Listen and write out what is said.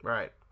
Right